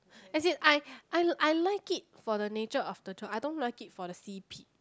as in I I I like it for the nature of the job I don't like it for the C_P